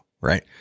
right